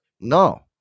No